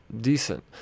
decent